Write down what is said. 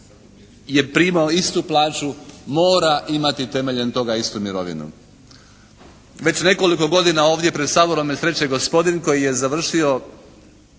je primao istu plaću mora imati temeljem toga istu mirovinu. Već nekoliko godina ovdje pred Saborom me sreće gospodin koji je završio,